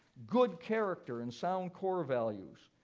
good character and sound core values,